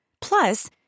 Plus